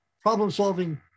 problem-solving